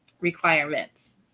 requirements